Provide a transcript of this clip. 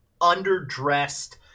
underdressed